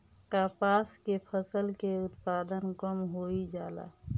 कपास के फसल के उत्पादन कम होइ जाला?